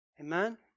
Amen